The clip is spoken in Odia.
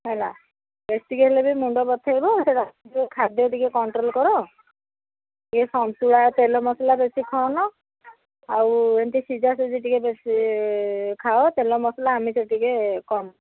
ହେଲା ଗ୍ୟାଷ୍ଟିକ୍ ହେଲେ ବି ମୁଣ୍ଡ ବଥେଇବ ଖାଦ୍ୟ ଟିକେ କଣ୍ଟ୍ରୋଲ୍ କର ଏ ସନ୍ତୁଳା ତେଲ ମସଲା ବେଶୀ ଖାଅନା ଆଉ ଏମିତି ସିଝାସିଝି ଟିକେ ବେଶୀ ଖାଅ ତେଲ ମସଲା ଆଂମିସ ଟିକେ କମ୍ କର